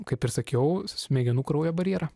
kaip ir sakiau smegenų kraujo barjerą